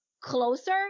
closer